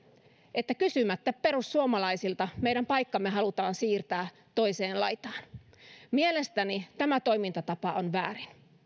että kysymättä perussuomalaisilta meidän paikkamme halutaan siirtää toiseen laitaan mielestäni tämä toimintatapa on väärin